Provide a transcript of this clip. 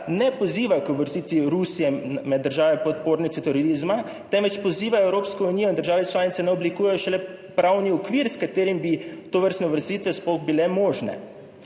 ne poziva k uvrstitvi Rusije med države podpornice terorizma, temveč pozivajo Evropsko unijo in države članice, naj oblikujejo šele pravni okvir, s katerim bi tovrstne uvrstitve sploh bile možne.